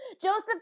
Joseph